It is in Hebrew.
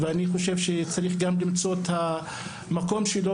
ואני חושב שצריך גם למצוא את המקום שלו